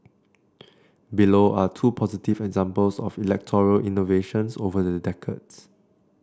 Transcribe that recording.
below are two positive examples of electoral innovations over the decades